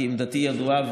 כי עמדתי ידועה,